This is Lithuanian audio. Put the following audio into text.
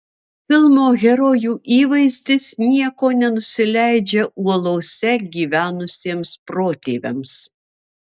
filmo herojų įvaizdis nieko nenusileidžia uolose gyvenusiems protėviams